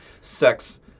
sex